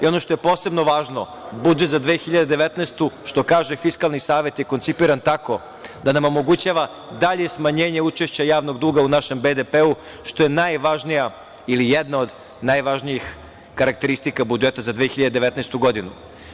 Ono što je posebno važno, budžet za 2019. godinu, što kaže Fiskalni savet, je koncipiran tako da nam omogućava dalje smanjenje učešća javnog duga u našem BDP, što je najvažnija ili jedna od najvažnijih karakteristika budžeta za 2019. godinu.